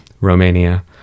romania